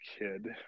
kid